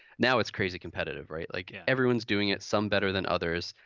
now it's crazy competitive, right? like, everyone's doing it, some better than others.